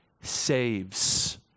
saves